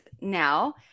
now